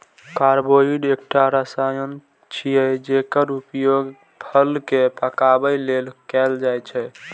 carbide एकटा रसायन छियै, जेकर उपयोग फल कें पकाबै लेल कैल जाइ छै